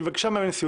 שהיא ביקשה מהנשיאות,